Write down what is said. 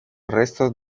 restos